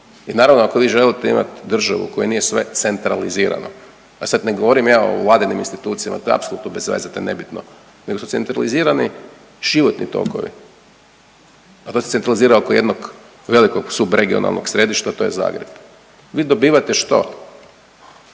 I naravno ako vi želite imati državu u kojoj nije sve centralizirano, a sad ne govorim ja o vladinim institucijama, to je apsolutno bezveze to je nebitno, nego su centralizirani životni tokovi, a to se centralizira oko jednog velikog subregionalnog središta, a to je Zagreb. Vi dobivate što?